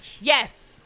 Yes